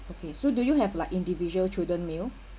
okay so do you have like individual children meal